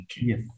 Yes